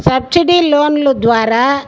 subsidy లోన్లు ద్వారా